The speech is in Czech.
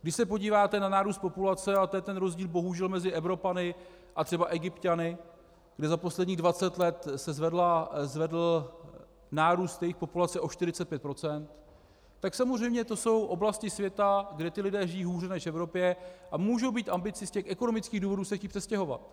Když se podíváte na nárůst populace, a to je ten rozdíl bohužel mezi Evropany a třeba Egypťany, za posledních dvacet let se zvedl nárůst jejich populace o 45 %, tak samozřejmě to jsou oblasti světa, kde ti lidé žijí hůře než v Evropě a můžou mít ambici z těch ekonomických důvodů se chtít přestěhovat.